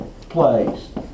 place